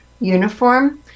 uniform